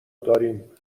داریم